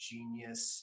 Genius